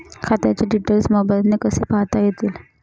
खात्याचे डिटेल्स मोबाईलने कसे पाहता येतील?